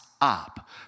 up